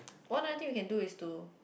one of the thing we can do is to